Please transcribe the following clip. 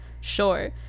Sure